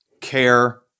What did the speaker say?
care